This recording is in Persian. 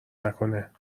نکنه